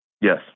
Yes